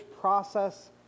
process